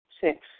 Six